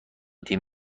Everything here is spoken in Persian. تیم